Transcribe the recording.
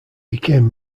became